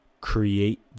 Create